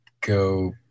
go